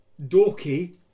Dorky